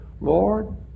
Lord